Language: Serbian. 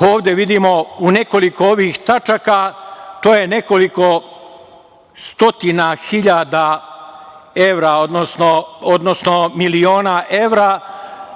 ovde vidimo u nekoliko ovih tačaka, to je nekoliko stotina hiljada evra, odnosno miliona evra